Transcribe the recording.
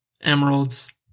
emeralds